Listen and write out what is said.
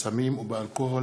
בסמים ובאלכוהול,